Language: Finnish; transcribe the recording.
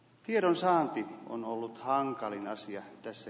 tiedon saanti on ollut hankalin asia tässä